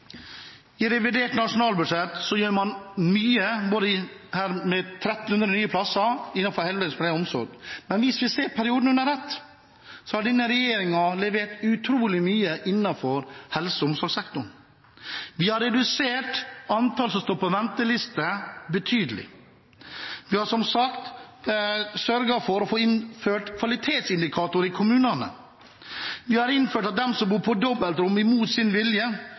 I revidert nasjonalbudsjett gjør man mye, bl.a. 1 300 nye plasser innenfor heldøgns pleie og omsorg, men hvis vi ser perioden under ett, har denne regjeringen levert utrolig mye innenfor helse- og omsorgssektoren. Vi har redusert antallet som står på venteliste betydelig. Vi har som sagt sørget for å få innført kvalitetsindikatorer i kommunene. Vi har innført at de som bor på dobbeltrom imot sin vilje,